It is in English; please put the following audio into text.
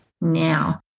now